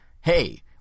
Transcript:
hey